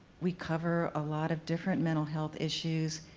we cover a lot of different mental health issues.